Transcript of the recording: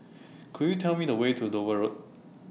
Could YOU Tell Me The Way to Dover Road